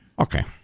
Okay